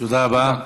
תודה רבה.